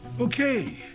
Okay